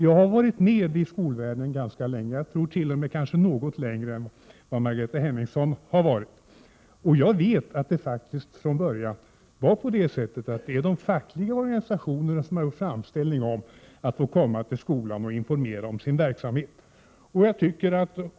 Jag har varit med i skolvärlden ganska länge — kanske t.o.m. något längre än Margareta Hemmingsson. Jag vet att det från början faktiskt var de fackliga organisationerna som gjorde framställningar om att få komma till skolan och informera om sin verksamhet.